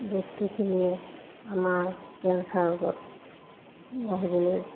বস্তুখিনিয়ে আমাৰ কেঞ্চাৰ ৰোগত বাঢ়িবলৈ